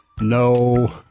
No